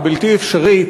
הבלתי-אפשרית,